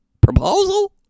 Proposal